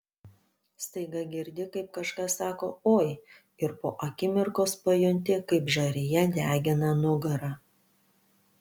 staiga girdi kaip kažkas sako oi ir po akimirkos pajunti kaip žarija degina nugarą